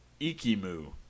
Ikimu